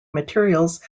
materials